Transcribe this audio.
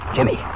Jimmy